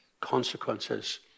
consequences